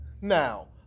now